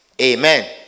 Amen